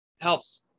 helps